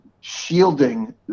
shielding